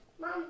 Mom